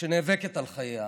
שנאבקת על חייה.